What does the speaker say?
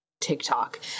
TikTok